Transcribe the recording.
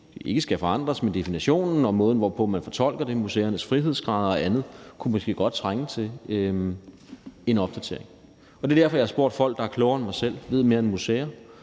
dag, skal forandres, men at definitionen og måden, hvorpå man fortolker det, museernes frihedsgrader og andet, på mange områder måske godt kunne trænge til en opdatering. Det er derfor, jeg har spurgt folk, der er klogere end mig selv og ved mere om museer,